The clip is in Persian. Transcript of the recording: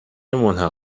ملحق